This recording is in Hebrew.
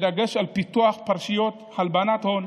בדגש על פיצוח פרשיות הלבנת הון,